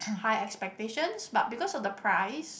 high expectations but because of the price